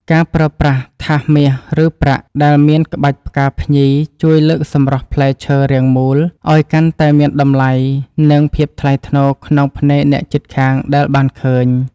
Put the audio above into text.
ការប្រើប្រាស់ថាសមាសឬប្រាក់ដែលមានក្បាច់ផ្កាភ្ញីជួយលើកសម្រស់ផ្លែឈើរាងមូលឱ្យកាន់តែមានតម្លៃ និង ភាពថ្លៃថ្នូរក្នុងភ្នែកអ្នកជិតខាងដែលបានឃើញ។